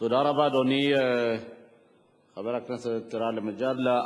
תודה רבה, אדוני, חבר הכנסת גאלב מג'אדלה.